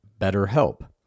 BetterHelp